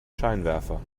scheinwerfer